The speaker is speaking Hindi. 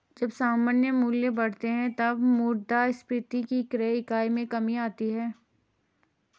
जब सामान्य मूल्य बढ़ते हैं, तब मुद्रास्फीति की क्रय इकाई में कमी आती है